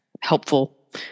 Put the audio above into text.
helpful